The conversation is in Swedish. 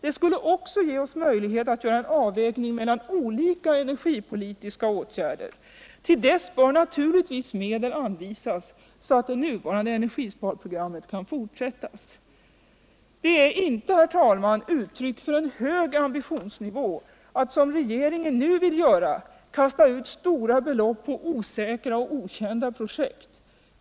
Det skulle också ge oss möjlighet att göra en avvägning mellan olika energipolitiska åtgärder. Till dess bör naturligtvis medel anvisas så att det nuvarande sparprogrammet kan fortsättas. Det är inte, herr talman, uttryck för en hög ambitionsnivå att som regeringen nu vill göra kasta ut stora belopp på osäkra och okända projekt.